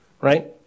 right